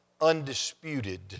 undisputed